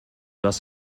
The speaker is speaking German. was